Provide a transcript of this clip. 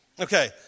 Okay